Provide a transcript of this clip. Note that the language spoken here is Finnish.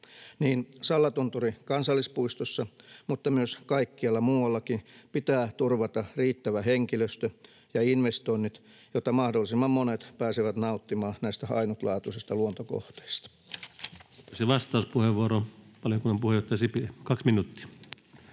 Sallatunturin kansallispuistossa mutta myös kaikkialla muuallakin pitää turvata riittävä henkilöstö ja investoinnit, jotta mahdollisimman monet pääsevät nauttimaan näistä ainutlaatuisista luontokohteista. [Speech 124] Speaker: Ensimmäinen varapuhemies Antti